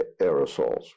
aerosols